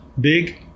big